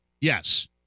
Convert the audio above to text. Yes